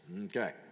Okay